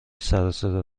سروصدا